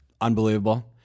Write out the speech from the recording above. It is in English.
Unbelievable